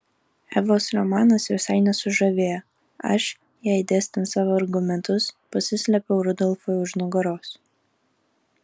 evos romanas visai nesužavėjo aš jai dėstant savo argumentus pasislėpiau rudolfui už nugaros